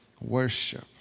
worship